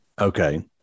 Okay